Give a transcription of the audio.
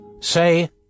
say